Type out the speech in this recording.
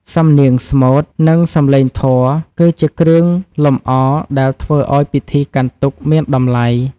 សំនៀងស្មូត និងសំឡេងធម៌គឺជាគ្រឿងលម្អដែលធ្វើឱ្យពិធីកាន់ទុក្ខមានតម្លៃ។